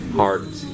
heart